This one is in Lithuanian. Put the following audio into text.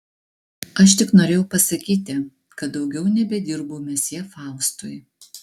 aš tik norėjau pasakyti kad daugiau nebedirbu mesjė faustui